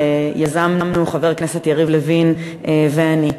שיזמנו חבר הכנסת יריב לוין ואני.